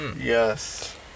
yes